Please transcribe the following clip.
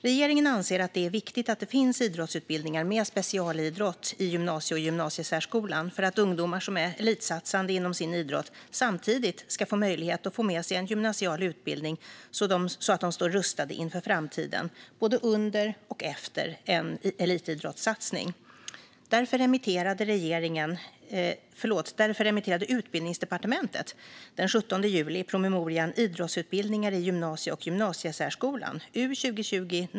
Regeringen anser att det är viktigt att det finns idrottsutbildningar med specialidrott i gymnasie och gymnasiesärskolan för att ungdomar som är elitsatsande inom sin idrott samtidigt ska få möjlighet att få med sig en gymnasial utbildning så att de står rustade inför framtiden, både under och efter en elitidrottssatsning. Därför remitterade Utbildningsdepartementet den 17 juli promemorian Idrottsutbildningar i gymnasie och gymnasiesärskolan .